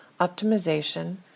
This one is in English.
optimization